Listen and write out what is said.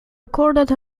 recorded